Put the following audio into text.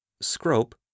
Scrope